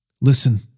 Listen